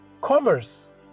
commerce